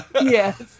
Yes